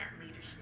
leadership